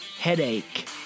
headache